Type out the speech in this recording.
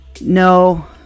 no